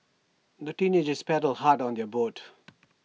the teenagers paddled hard on their boat